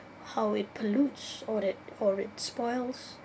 how it pollutes all that or it spoils